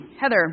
Heather